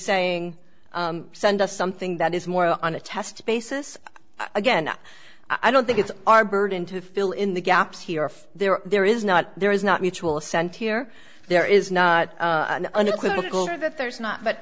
saying send us something that is more on a test basis again i don't think it's our burden to fill in the gaps here if there are there is not there is not mutual assented where there is not an unequivocal or that there's not but